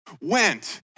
went